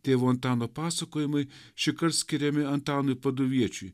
tėvo antano pasakojimai šįkart skiriami antanui paduviečiui